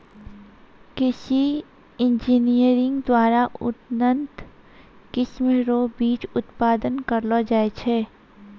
कृषि इंजीनियरिंग द्वारा उन्नत किस्म रो बीज उत्पादन करलो जाय छै